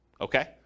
Okay